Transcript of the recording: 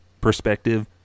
perspective